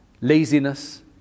laziness